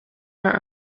are